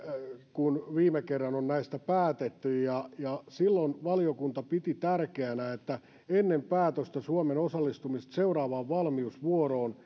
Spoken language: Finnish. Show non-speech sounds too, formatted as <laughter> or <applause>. kun viime kerran on näistä päätetty silloin valiokunta piti tärkeänä että ennen päätöstä suomen osallistumisesta seuraavaan valmiusvuoroon <unintelligible>